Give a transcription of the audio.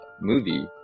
movie